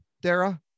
Dara